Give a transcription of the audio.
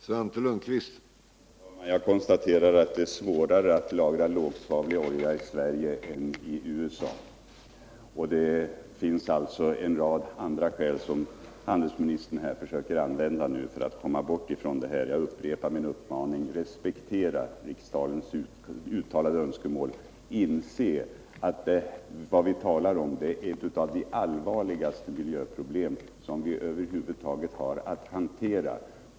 Herr talman! Det är inte svårare att lagra lågsvavlig olja i Sverige än i USA. Handelsministern försöker nu anföra en rad andra skäl för att förklara sig. Jag upprepar min uppmaning: Respektera riksdagens uttalade önskemål! Inse att vad vi talar om är ett av de allvarligaste miljöproblem som vi över huvud taget har att handskas med.